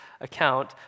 account